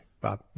Bob